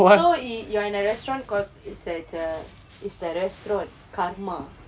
so you are in a restaurant called it's a it's a it's the restaurant karma